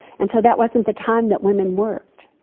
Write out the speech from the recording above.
and so that wasn't the time that women worked.